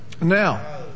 Now